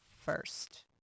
first